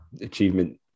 achievement